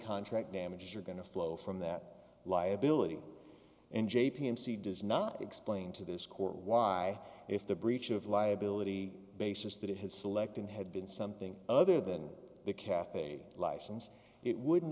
contract damages are going to flow from that liability and j p mc does not explain to this court why if the breach of liability basis that it had selected had been something other than the cathay license it wouldn't